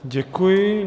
Děkuji.